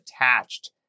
attached